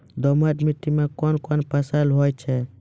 दोमट मिट्टी मे कौन कौन फसल होगा?